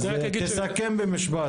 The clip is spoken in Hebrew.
תסכם במשפט, תומר.